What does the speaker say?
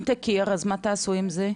אם תכיר, אז מה תעשו עם זה?